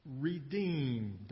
redeemed